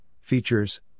features